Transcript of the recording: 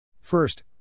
First